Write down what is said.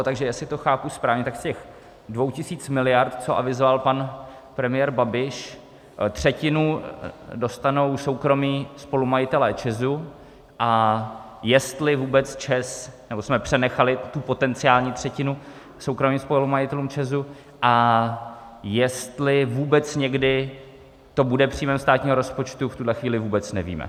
Takže jestli to chápu správně, tak z těch 2 tisíc miliard, co avizoval pan premiér Babiš, třetinu dostanou soukromí spolumajitelé ČEZ, a jestli vůbec ČEZ, nebo jsme přenechali tu potenciální třetinu soukromým spolumajitelům ČEZ, a jestli vůbec někdy to bude příjmem státního rozpočtu, v tuhle chvíli vůbec nevíme.